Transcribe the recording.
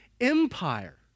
Empire